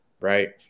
right